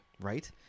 Right